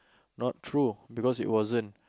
not true because it wasn't